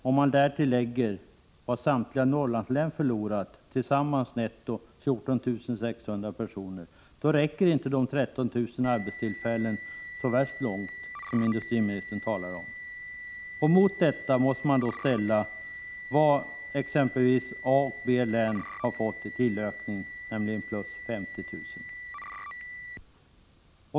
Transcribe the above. När man därtill lägger att samtliga Norrlandslän har förlorat tillsammans 14 600 personer netto, inser man att de 13 000 arbetstillfällen som industriministern talar om inte räcker så värst långt. Mot detta måste man då ställa vad exempelvis de båda A och B-länen får i tillökning, nämligen 50 000.